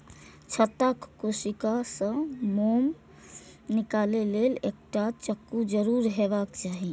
छत्ताक कोशिका सं मोम निकालै लेल एकटा चक्कू जरूर हेबाक चाही